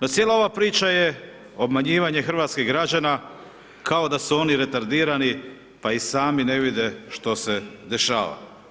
Ma cijela ova priča je obmanjivanje hrvatskih građana kao da su oni retardirani, pa i sami ne vide što se dešava.